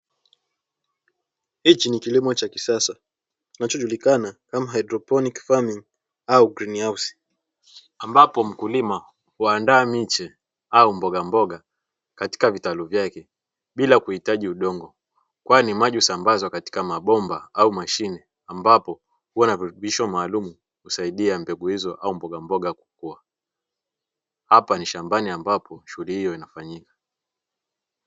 Hichi ni kilimo cha kisasa kinachojulikana kama haidroponiki fami au grini hausi ambapo mkulima huandaa miche au mboga mboga katika vitalu vyake bila kuhitaji udongo kwani maji husambazwa katika mabomba au mashine ambapo huwa na virutubisho maalumu kusaidia mbegu hizo au mboga mboga kukua hapa ni shambani ambapo shughuli hiyo inafanyika.